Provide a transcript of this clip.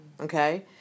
okay